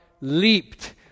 leaped